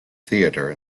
theater